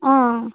অঁ